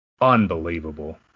unbelievable